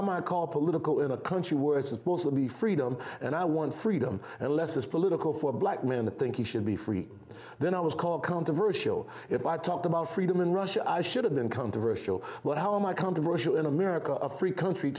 am i call political in a country where it's supposed to be freedom and i want freedom and less is political for a black man to think he should be free then i was called controversial if i talked about freedom in russia should have been controversial but how am i controversial in america a free country